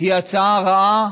היא הצעה רעה,